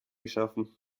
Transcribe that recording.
geschaffen